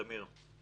תמיר.